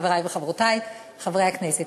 חברי וחברותי חברי הכנסת,